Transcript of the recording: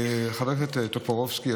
חבר הכנסת טופורובסקי,